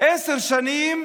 עשר שנים